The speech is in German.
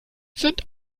sind